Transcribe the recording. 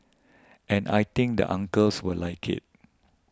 and I think the uncles will like it